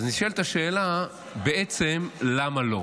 אז נשאלת השאלה: בעצם, למה לא?